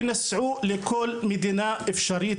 ולכל מדינה אפשרית,